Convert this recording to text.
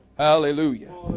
Hallelujah